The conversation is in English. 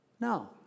No